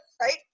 right